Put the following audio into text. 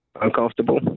Uncomfortable